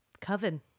Coven